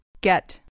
Get